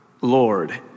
Lord